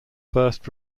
first